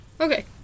Okay